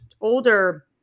older